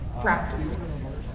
practices